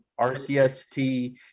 RCST